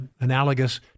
analogous